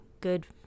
good